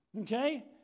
Okay